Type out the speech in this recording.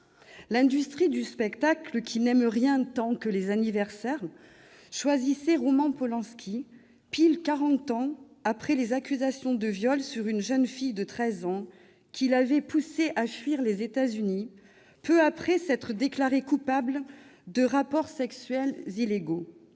L'industrie du spectacle, qui n'aime rien tant que les anniversaires, choisissait Roman Polanski quarante ans exactement après qu'il eut été accusé de viol sur une jeune fille de 13 ans, ce qui l'avait poussé à fuir les États-Unis peu après s'être déclaré coupable de « rapports sexuels illégaux